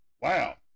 Wow